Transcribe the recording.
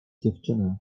dziewczyny